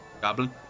Goblin